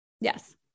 Yes